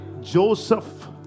Joseph